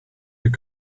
your